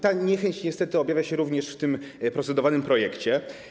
Ta niechęć niestety objawia się również w tym procedowanym projekcie.